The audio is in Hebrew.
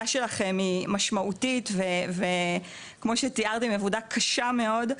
שלכם היא מאוד משמעותית וכמו שתיארת היא עבודה קשה מאוד,